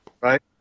right